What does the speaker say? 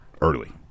early